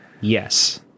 Yes